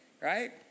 Right